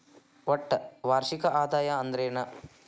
ಒಟ್ಟ ವಾರ್ಷಿಕ ಆದಾಯ ಅಂದ್ರೆನ?